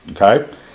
Okay